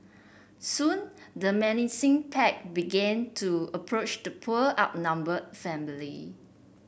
soon the menacing pack began to approach the poor outnumbered family